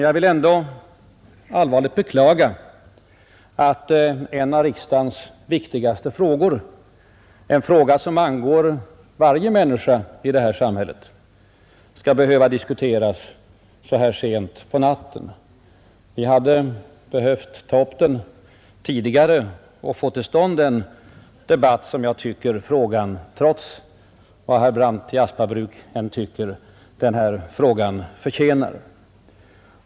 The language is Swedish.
Jag vill allvarligt beklaga att en av riksdagens viktigaste frågor, en fråga som angår varje människa i samhället, skall behöva diskuteras så här sent på natten. Vi hade behövt ta upp den tidigare och få till stånd den debatt som jag — vad herr Brandt än tycker — anser att frågan förtjänar.